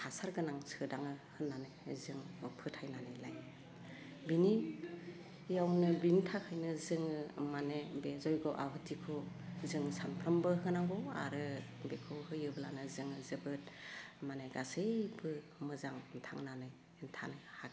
हासार गोनां सोदाङो होन्नानै जों फोथायनानै लायो बिनियावनो बिनि थाखायनो जोङो माने बे जय्ग' आवाथिखौ जों सामफ्रामबो होनांगौ आरो बेखौ होयोब्लानो जोङो जोबोद माने गासैबो मोजां थांनानै थानो हागोन